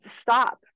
stop